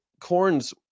Corns